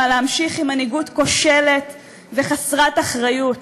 להמשיך עם מנהיגות כושלת וחסרת אחריות.